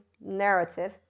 narrative